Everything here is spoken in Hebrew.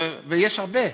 ויש הרבה.